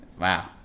wow